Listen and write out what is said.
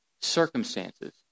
circumstances